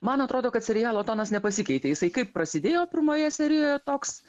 man atrodo kad serialo tonas nepasikeitė jisai kaip prasidėjo pirmoje serijoje toks